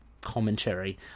commentary